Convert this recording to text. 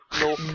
No